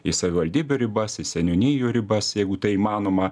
į savivaldybių ribas į seniūnijų ribas jeigu tai įmanoma